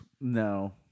No